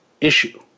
issue